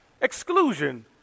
exclusion